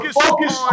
focus